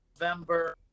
november